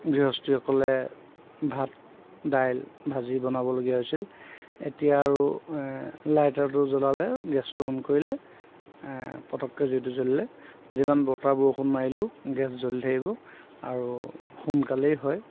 গৃহস্থীসকলে ভাত দাইল ভাজি বনাব লগীয়া হৈছিলে এতিয়া আৰু লাইটাৰটো জ্বলালে গেছটো অন কৰিলে পতককৈ জুইটো জ্বলিলে যিমান বতাহ বৰষুণ মাৰিলেও গেছ জ্বলি থাকিব আৰু সোনকালেই হয়